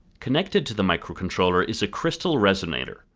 connected to the microcontroller is a crystal resonator.